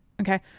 okay